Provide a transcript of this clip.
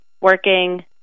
working